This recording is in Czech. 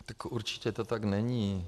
Tak určitě to tak není.